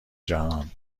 جهان